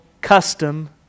custom